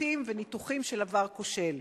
חיבוטים וניתוחים של עבר כושל.